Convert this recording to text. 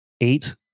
eight